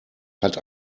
hat